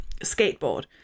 skateboard